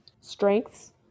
strengths